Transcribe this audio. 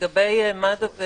לגבי מד"א,